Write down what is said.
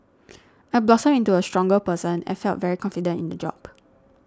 I blossomed into a stronger person and felt very confident in the job